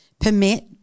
permit